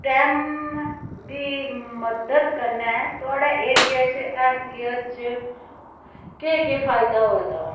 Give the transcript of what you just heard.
time दी मदद कन्नै तुआढ़े ऐरिये च हैत्थ केयर च केह् केह् फायदा होआ दा